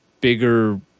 bigger